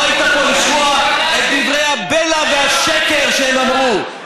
לא היית פה לשמוע את דברי הבלע והשקר שהם אמרו.